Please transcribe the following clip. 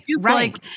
right